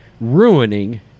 ruining